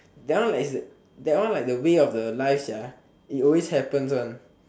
that one like is that one like the way of life it always happens one